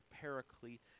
paraclete